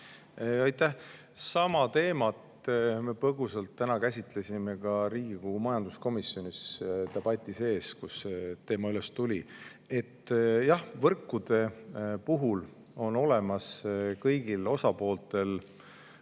Aitäh! Sama teemat me põgusalt täna käsitlesime ka Riigikogu majanduskomisjonis debati sees, kui see teema üles tuli. Jah, võrkude puhul on kõigil osapooltel